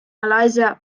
malaysia